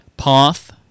path